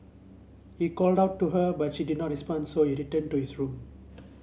he called out to her but she did not respond so he returned to his room